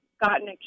gotten